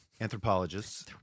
Anthropologists